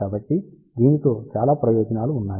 కాబట్టి దీనితో చాలా ప్రయోజనాలు ఉన్నాయి